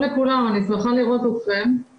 לקבל את המטופלים היותר קשים מאוכלוסיות